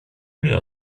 mnie